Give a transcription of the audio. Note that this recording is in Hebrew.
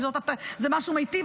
כי זה משהו מיטיב.